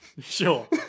Sure